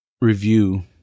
review